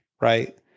right